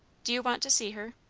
do you want to see her?